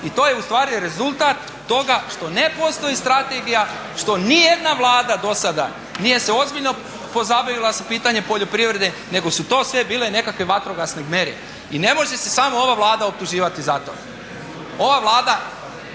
i to je u stvari rezultat toga što ne postoji strategija, što ni jedna vlada do sada nije se ozbiljno pozabavila sa pitanjem poljoprivrede nego su to sve bile nekakve vatrogasne mjere. I ne može se samo ova Vlada optuživati za to. Ova Vlada